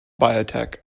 biotech